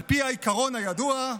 על פי העיקרון הידוע: